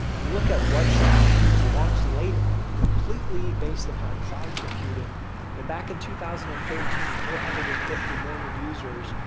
you look at whatsapp whose launched later completely based upon cloud computing and back in two thousand and thirteen, four hundred and fifty million users,